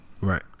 Right